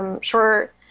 short